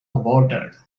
aborted